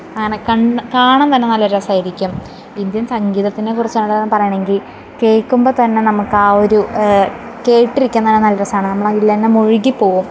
അങ്ങനെ കണ്ണ് കാണാന് തന്നെ നല്ല രസമായിരിക്കും ഇന്ത്യന് സംഗീതത്തിനെക്കുറിച്ചാണ് പറയണതെങ്കിൽ കേൾക്കുമ്പോൾ തന്നെ നമുക്കാ ഒരു കേട്ടിരിക്കാന് തന്നെ നല്ല രസമാണ് നമ്മളതിലന്നെ മുഴുകിപ്പോവും